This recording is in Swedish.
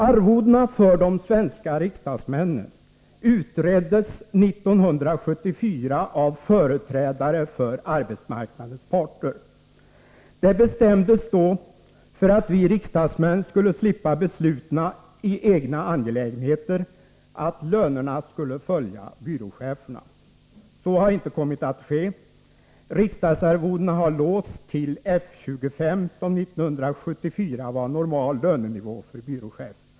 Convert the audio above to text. Arvodena för de svenska riksdagsmännen utreddes 1974 av företrädare för arbetsmarknadens parter. Det bestämdes då, för att vi riksdagsmän skulle slippa besluta i egna angelägenheter, att lönerna skulle följa byråchefernas. Så har inte kommit att ske. Riksdagsarvodena har låsts till F 25, som 1974 var normal lönenivå för byråchef.